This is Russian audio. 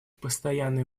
постоянные